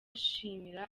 ashimira